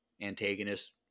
antagonist